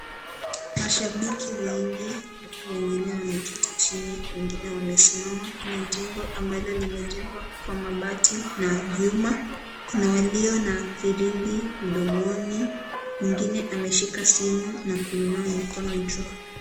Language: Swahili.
Mashabiki wengi, wengine wameketi chini, wengine wamesimama. Kuna jengo ambalo limejengwa kwa mabati na vyuma, kuna walio na firimbi mdomoni, mwingine ameshika simu na kuinua mikono juu.